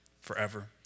forever